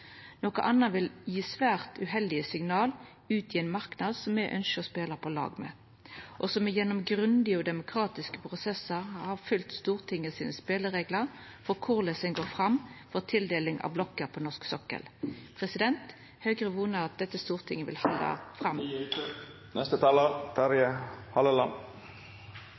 Noko anna ville gje svært uheldige signal ut i ein marknad som me ønskjer å spela på lag med, og som gjennom grundige og demokratiske prosessar har følgt Stortingets spelereglar for korleis ein går fram for tildeling av blokker på norsk sokkel. Høgre vonar at dette stortinget vil halda fram